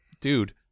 dude